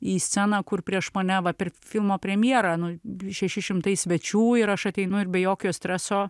į sceną kur prieš mane va per filmo premjerą nu šeši šimtai svečių ir aš ateinu ir be jokio streso